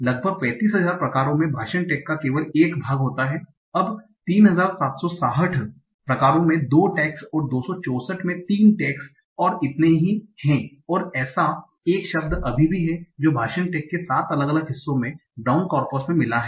लगभग 35000 प्रकारों में भाषण टैग का केवल 1 भाग होता है अब 3760 प्रकारों में 2 टैग्स और 264 में 3 टैग्स और इतने ही हैं और एसा 1 शब्द अभी भी है जो भाषण टैग के 7 अलग अलग हिस्सों में ब्राउन कॉर्पस में मिला है